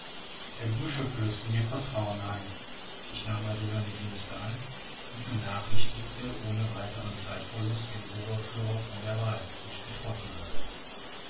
der bursche flößte mir vertrauen ein ich nahm also seine dienste an und benachrichtigte ohne weiteren zeitverlust den oberführer von der wahl die ich getroffen hatte